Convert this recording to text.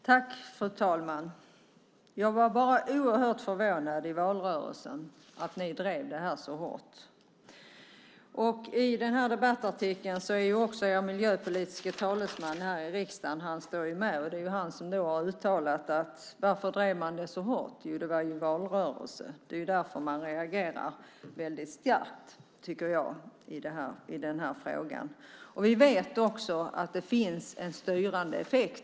Fru talman! Jag var förvånad över att ni drev detta så hårt i valrörelsen. I debattartikeln står er miljöpolitiske talesman i riksdagen med, och han har uttalat att man drev det så hårt just därför att det vara valrörelse. Därför reagerar jag så skarpt. Vi vet att det finns en styrande effekt.